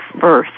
first